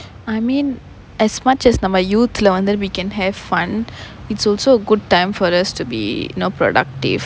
I mean as much as நம்ம:namma youth leh வந்து:vanthu we can have fun it's also a good time for us to be you know productive